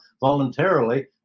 voluntarily